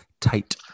tight